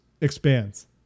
expands